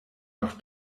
noch